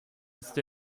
ist